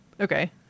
Okay